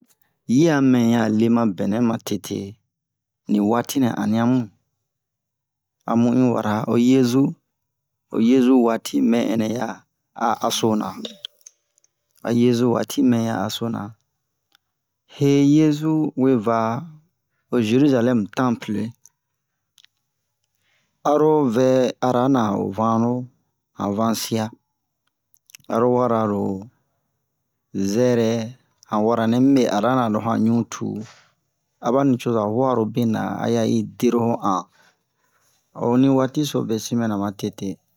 Yi a mɛya le ma bɛnɛ ma tete ni waati nɛ ani'amu amu ɲu ara ho yezu ho yezu waati mɛn ɛnɛ ya asona a yezu waati mɛya asona he yezu we va ho zerizalɛm tanple aro vɛ arana ho vano han vansiya aro wara lo zɛrɛ han wara nɛ mibe arana lo han ɲutu aba nicoza uwa ro bena a ya i dero ho an ho ni waati so besin mɛna ma tete